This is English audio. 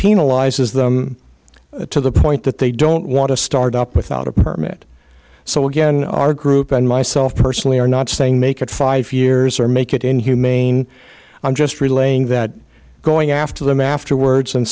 penalizes them to the point that they don't want to start up without a permit so again our group and myself personally are not saying make it five years or make it inhumane i'm just relaying that going after them afterwards and